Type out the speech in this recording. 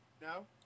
No